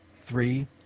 Three